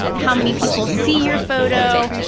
and how many people see your photo.